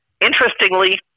Interestingly